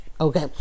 Okay